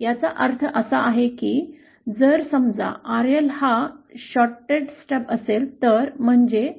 याचा अर्थ असा आहे की जर समजा RL हा एक शॉर्ट स्ट्रब असेल तर म्हणजे